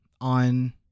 on